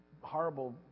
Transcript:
horrible